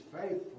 faithful